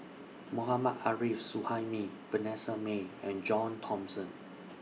Mohammad Arif Suhaimi Vanessa Mae and John Thomson